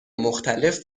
مختلف